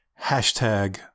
Hashtag